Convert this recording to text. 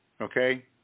Okay